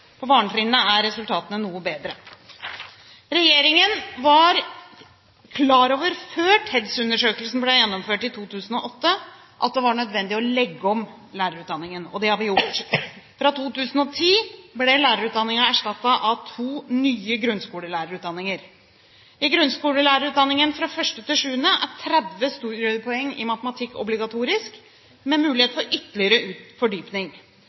barnetrinnet er resultatene noe bedre. Regjeringen var klar over, før TEDS-undersøkelsen ble gjennomført i 2008, at det var nødvendig å legge om lærerutdanningen – og det har vi gjort. Fra 2010 ble lærerutdanningen erstattet av to nye grunnskolelærerutdanninger. I grunnskolelærerutdanningen fra 1.–7. trinn er 30 studiepoeng i matematikk obligatorisk med mulighet for ytterligere fordypning.